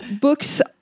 Books